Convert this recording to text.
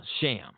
sham